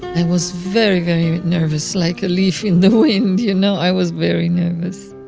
and was very very nervous, like a leaf in the wind, you know, i was very nervous